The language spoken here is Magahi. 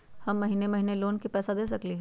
हम महिने महिने लोन के पैसा दे सकली ह?